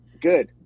Good